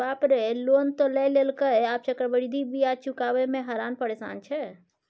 बाप रे लोन त लए लेलकै आब चक्रवृद्धि ब्याज चुकाबय मे हरान परेशान छै